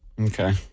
okay